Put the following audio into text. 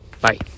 Bye